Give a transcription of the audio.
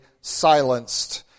silenced